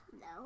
No